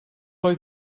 oedd